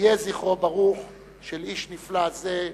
יהי זכרו של איש נפלא זה ברוך.